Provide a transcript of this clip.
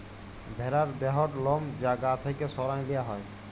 ভ্যারার দেহর লম যা গা থ্যাকে সরাঁয় লিয়া হ্যয়